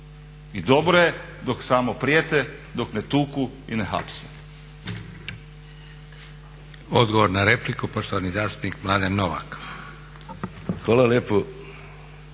I dobro je dok samo prijete, dok ne tuku i ne hapse.